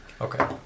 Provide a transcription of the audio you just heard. Okay